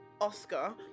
Oscar